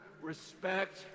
respect